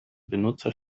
benutzer